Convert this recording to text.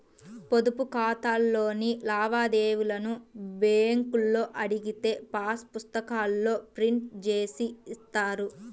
పొదుపు ఖాతాలోని లావాదేవీలను బ్యేంకులో అడిగితే పాసు పుస్తకాల్లో ప్రింట్ జేసి ఇస్తారు